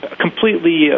completely